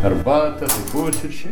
arbata tai pusryčiai